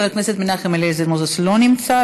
חבר הכנסת מנחם אליעזר מוזס לא נמצא,